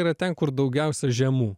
yra ten kur daugiausia žemų